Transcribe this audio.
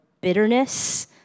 bitterness